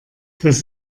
das